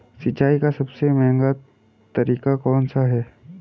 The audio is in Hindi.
सिंचाई का सबसे महंगा तरीका कौन सा है?